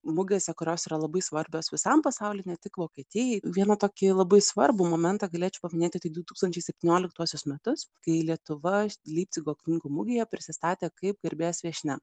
mugėse kurios yra labai svarbios visam pasauly ne tik vokietijoj vieną tokį labai svarbų momentą galėčiau paminėti tai du tūkstančiai septynioliktuosius metus kai lietuva leipcigo knygų mugėje prisistatė kaip garbės viešnia